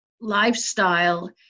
lifestyle